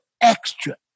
extra